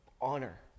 honor